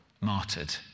martyred